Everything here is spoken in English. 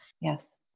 Yes